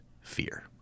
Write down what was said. fear